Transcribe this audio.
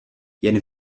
jen